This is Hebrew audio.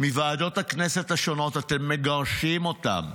מוועדות הכנסת השונות אתם מגרשים אותם.